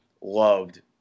loved